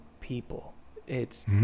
people—it's